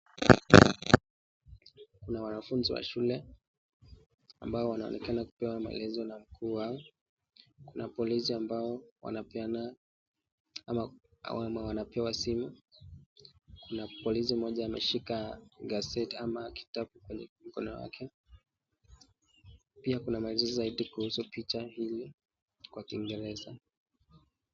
Kuna wanafunzi wa shule ambao wanaonekana kupewa maelezo na mkuu wao. Kuna polisi ambao wanapeana ama wanapewa simu. Kuna polisi mmoja ameshika gazeti ama kitabu kwenye mkono wake. Pia kuna maelezo zaidi kuhusu picha hili kwa kiingereza.